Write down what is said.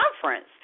conference